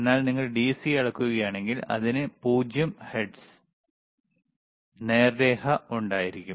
എന്നാൽ നിങ്ങൾ ഡിസി അളക്കുകയാണെങ്കിൽ അതിന് 0 ഹെർട്സ് നേർരേഖ ഉണ്ടായിരിക്കും